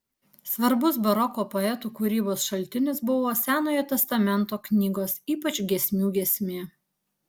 svarbus baroko poetų kūrybos šaltinis buvo senojo testamento knygos ypač giesmių giesmė